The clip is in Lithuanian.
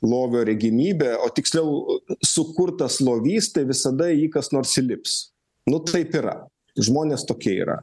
lovio regimybė o tiksliau sukurtas lovys tai visada jį kas nors įlips nu taip yra žmonės tokie yra